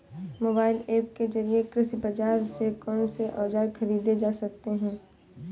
Mobile app के जरिए कृषि बाजार से कौन से औजार ख़रीदे जा सकते हैं?